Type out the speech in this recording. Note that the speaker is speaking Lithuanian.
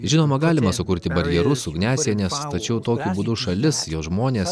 žinoma galima sukurti barjerus ugniasienes tačiau tokiu būdu šalis jos žmonės